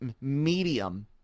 medium